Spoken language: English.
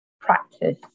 practice